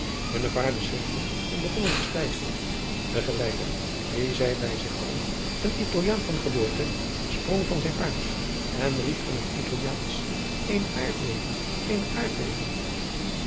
hunne paarden schrikten en begonnen te steigeren de geleider dien zij bij zich hadden een italiaan van geboorte sprong van zijn paard en riep in het italiaansch eene aardbeving eene aardbeving